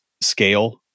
scale